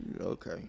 Okay